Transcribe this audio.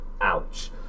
ouch